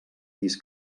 vist